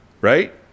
right